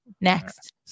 Next